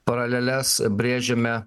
paraleles brėžiame